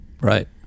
right